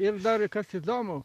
ir dar kas įdomu